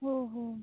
ଓହୋଃ